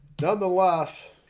Nonetheless